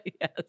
Yes